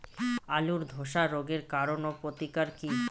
আলুর ধসা রোগের কারণ ও প্রতিকার কি?